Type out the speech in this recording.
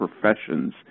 professions